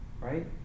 right